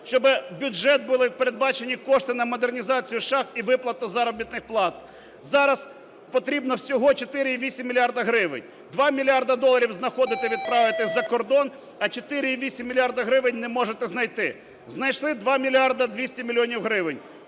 щоби в бюджеті були передбачені кошти на модернізацію шахт і виплату заробітних плат. Зараз потрібно всього 4,8 мільярди гривень. 2 мільярди доларів знаходите відправити за кордон, а 4,8 мільярди гривень не можете знайти?! Знайшли 2 мільярди 200 мільйонів